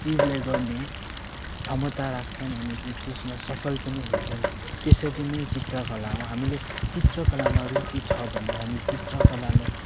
चिजले गर्ने क्षमता राख्छन् अनि त्यो चिजमा सफल पनि हुन्छन् त्यसरी नै चित्रकला हो हामीले चित्रकलामा रुचि छ भने हामी चित्रकलालाई